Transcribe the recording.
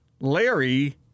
Larry